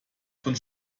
von